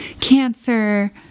cancer